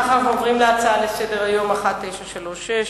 עוברים להצעה לסדר-היום מס' 1936: